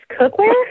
cookware